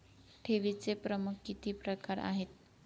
ठेवीचे प्रमुख किती प्रकार आहेत?